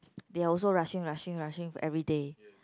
they are also rushing rushing rushing everyday